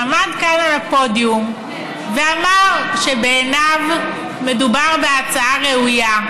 עמד כאן על הפודיום ואמר שבעיניו מדובר בהצעה ראויה,